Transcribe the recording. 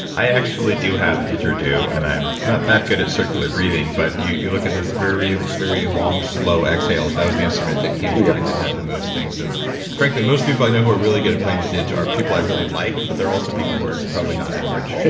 i actually do have a didgeridoo and i'm not that good at circular breathing, but you you look at these very very long slow exhales, that was the instrument that came to mind that had the most things. and frankly, most people i know who are really good at playing the didge are people i really like, but they're also people who are probably not average